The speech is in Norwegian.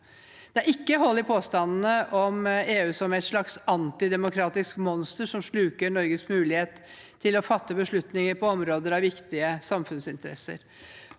Det er ikke hold i påstandene om EU som et slags antidemokratisk monster, som sluker Norges mulighet til å fatte beslutninger på områder av viktige samfunnsinteresser.